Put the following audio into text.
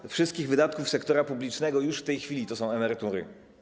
1/3 wszystkich wydatków sektora publicznego już w tej chwili stanowią emerytury.